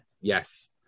yes